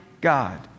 God